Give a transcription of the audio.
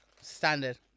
Standard